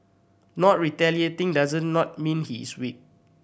not retaliating does not mean he is weak